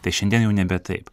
tai šiandien jau nebe taip